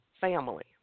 family